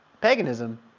paganism